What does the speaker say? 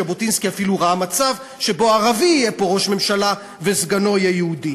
ז'בוטינסקי אפילו ראה מצב שבו ערבי יהיה פה ראש ממשלה וסגנו יהיה יהודי.